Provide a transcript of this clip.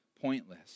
pointless